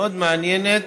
מאוד מעניינת